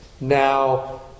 Now